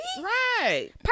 Right